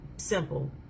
Simple